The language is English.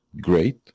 great